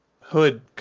hood